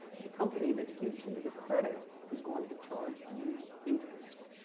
the company that gives you the credit is going to charge you interest.